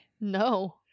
No